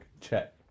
Check